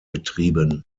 betrieben